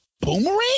boomerang